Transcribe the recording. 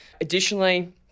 Additionally